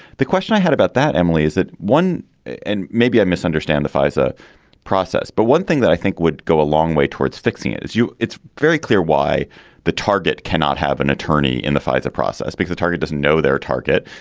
the question i had about that, emily, is that one and maybe i misunderstand the fisa process. but one thing that i think would go a long way towards fixing it is you. it's very clear why the target cannot have an attorney in the fisa process because the target doesn't know their target.